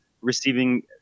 receiving